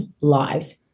lives